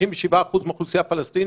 97% מהאוכלוסייה הפלסטינית,